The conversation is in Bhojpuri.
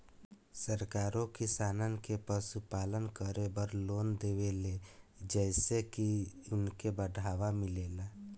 सरकारो किसानन के पशुपालन करे बड़ लोन देवेले जेइसे की उनके बढ़ावा मिलेला